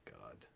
God